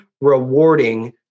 rewarding